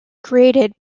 created